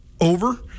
over